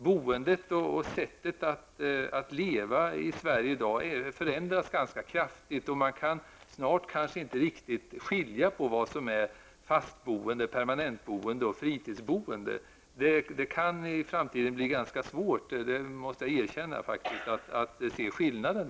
Boendet och sättet att leva i Sverige i dag förändras ganska kraftigt, och snart kan man kanske inte riktigt skilja på vad som är permanentboende och fritidsboende. Det kan i framtiden bli ganska svårt, det måste jag erkänna, att se skillnaden.